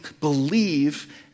believe